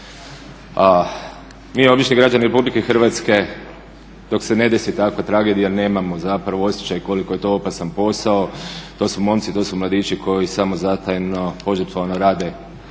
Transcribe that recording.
mi obični građani RH dok se ne desi takva tragedija zapravo nemamo osjećaj koliko je to opasan posao, to su momci, to su mladići koji samozatajno, požrtvovno rade